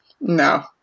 No